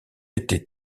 été